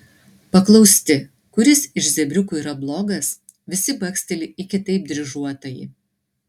paklausti kuris iš zebriukų yra blogas visi baksteli į kitaip dryžuotąjį